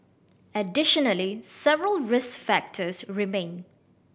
additionally several risk factors remain